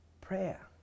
Prayer